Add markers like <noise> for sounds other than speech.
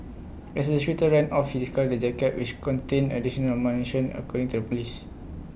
as the shooter ran off he the <unintelligible> jacket which contained additional ammunition according to the Police